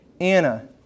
Anna